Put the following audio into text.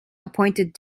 appointed